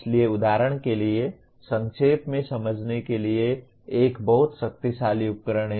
इसलिए उदाहरण के लिए संक्षेप में समझने के लिए एक बहुत शक्तिशाली उपकरण है